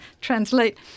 translate